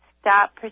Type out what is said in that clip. stop